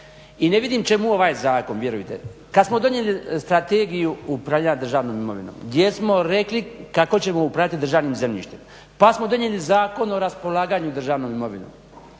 I ne vidim čemu ovaj zakon vjerujte. Kad smo donijeli Strategiju upravljanja državnom imovinom gdje smo rekli kako ćemo upravljati državnim zemljištem, pa smo donijeli Zakon o raspolaganju državnom imovinom